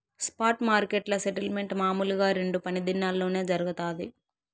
spot మార్కెట్ల settlement మామూలుగా రెండు పని దినాల్లోనే జరగతాది